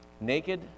Naked